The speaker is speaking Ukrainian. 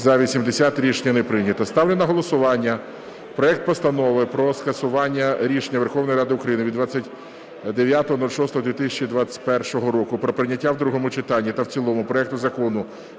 За-80 Рішення не прийнято. Ставлю на голосування проект Постанови про скасування рішення Верховної Ради України від 29.06.2021 року про прийняття в другому читанні та в цілому проекту Закону